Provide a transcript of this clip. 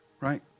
right